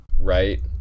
right